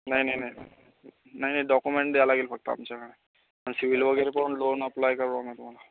नाही नाही नाही नाही नाही नाही डॉक्युमेंट द्यायला लागेल फक्त आमच्याकडे आणि सिविल वगैरे पण लोन अप्लाय करावं लागेल तुम्हाला